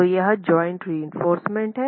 तो यह joint reinforcement है